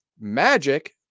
Magic